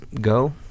go